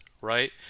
right